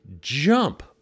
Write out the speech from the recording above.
jump